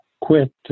quit